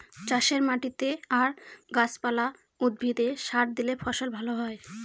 চাষের মাটিতে আর গাছ পালা, উদ্ভিদে সার দিলে ফসল ভালো হয়